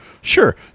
Sure